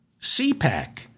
CPAC